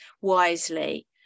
wisely